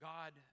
God